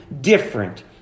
different